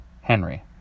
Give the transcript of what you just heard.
Henry